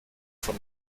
von